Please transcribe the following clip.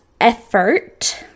effort